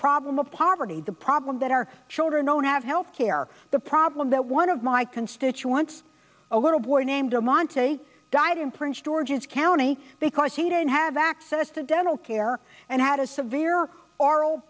problem of poverty the problem that our children don't have health care the problem that one of my constituents a little boy named amante died in prince george's county because he didn't have access to dental care and had a severe oral